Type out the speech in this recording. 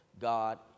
God